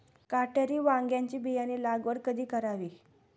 काटेरी वांग्याची बियाणे लागवड कधी करावी?